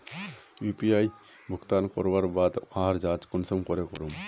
UPI भुगतान करवार बाद वहार जाँच कुंसम करे करूम?